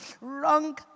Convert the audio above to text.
Wrong